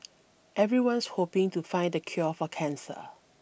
everyone's hoping to find the cure for cancer